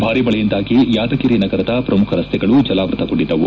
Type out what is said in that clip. ಭಾರಿ ಮಳೆಯಿಂದಾಗಿ ಯಾದಗಿರಿ ನಗರದ ಪ್ರಮುಖ ರಸ್ತೆಗಳು ಜಲಾವೃತಗೊಂಡಿದ್ದವು